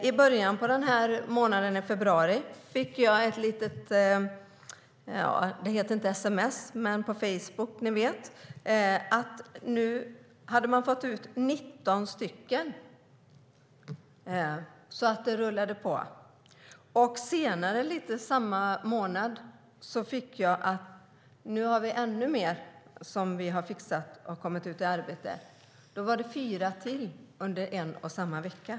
I början av februari månad fick jag ett litet meddelande på Facebook om att man hade fått ut 19 personer, så det rullade på. Lite senare samma månad fick jag veta att man fått ut ännu fler i arbete, fyra till under en och samma vecka.